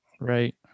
Right